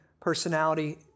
personality